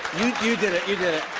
you did it. you did